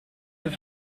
deux